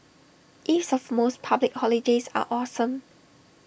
eves of most public holidays are awesome